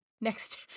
next